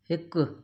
हिकु